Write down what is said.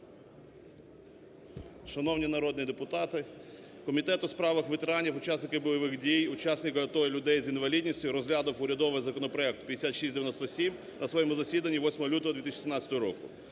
Шановні народні депутати, Комітет у справах ветеранів, учасників бойових дій, учасників АТО і людей з інвалідністю розглянув урядовий законопроект 5697 на своєму засіданні 8 лютого 2017 року.